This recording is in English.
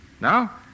Now